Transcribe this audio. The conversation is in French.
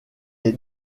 est